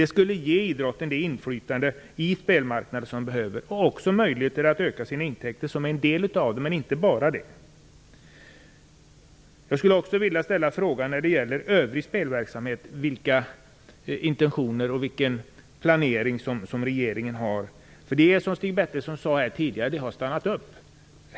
Det skulle ge idrotten det inflytande man behöver på spelmarknaden och möjligheter att öka sina intäkter. När det gäller övrig spelverksamhet skulle jag vilja veta vilka intentioner och vilken planering regeringen har. Som Stig Bertilsson sade tidigare har det hela stannat upp.